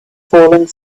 falling